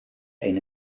ein